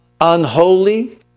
unholy